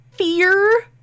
Fear